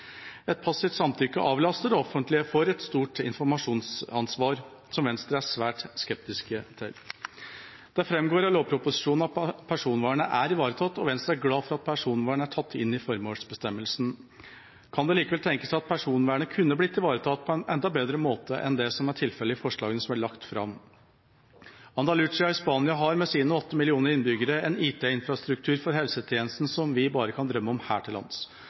Et passivt samtykke avlaster det offentlige for et stort informasjonsansvar, noe som Venstre er svært skeptisk til. Det framgår av lovproposisjonen at personvernet er ivaretatt, og Venstre er glad for at personvern er tatt inn i formålsbestemmelsen. Kan det likevel tenkes at personvernet kunne blitt ivaretatt på en enda bedre måte enn det som er tilfellet i forslagene som er lagt fram? Andalucía i Spania har med sine åtte millioner innbyggere en IT-infrastruktur for helsetjenesten som vi bare kan drømme om her til lands.